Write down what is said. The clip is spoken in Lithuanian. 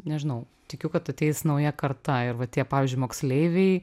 nežinau tikiu kad ateis nauja karta ir va tie pavyzdžiui moksleiviai